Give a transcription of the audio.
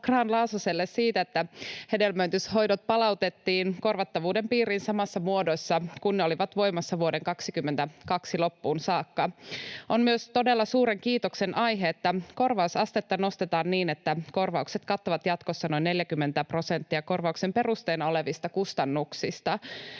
Grahn-Laasoselle siitä, että hedelmöityshoidot palautettiin korvattavuuden piiriin samassa muodossa, jossa ne olivat voimassa vuoden 22 loppuun saakka. On myös todella suuren kiitoksen aihe, että korvausastetta nostetaan niin, että korvaukset kattavat jatkossa noin 40 prosenttia korvauksen perusteena olevista kustannuksista.